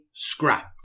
Scrap